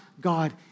God